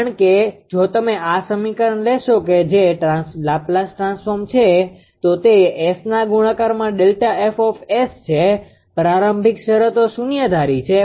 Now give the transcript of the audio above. કારણ કે જો તમે આ સમીકરણ લેશો કે જે લાપ્લાઝ ટ્રાન્સફોર્મ છે તો તે Sના ગુણાકારમાં Δf છે પ્રારંભિક શરતો શૂન્ય ધારી છે